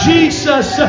Jesus